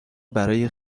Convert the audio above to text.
برای